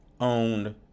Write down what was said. owned